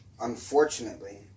unfortunately